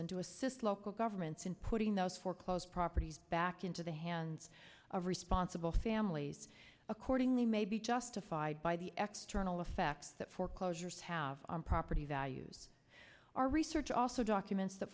and to assist local governments in putting those foreclosed properties back into the hands of responsible families accordingly maybe justified by the extra ill effect that foreclosures have on property values our research also documents that